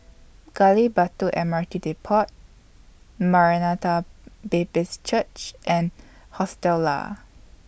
Gali Batu M R T Depot Maranatha Baptist Church and Hostel Lah